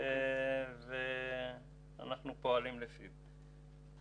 ואנחנו פועלים לפיו.